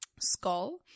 skull